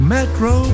Metro